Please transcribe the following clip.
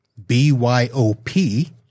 BYOP